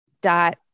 dot